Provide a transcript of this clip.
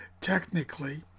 technically